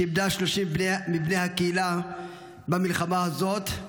שאיבדה 30 מבני הקהילה במלחמה הזאת,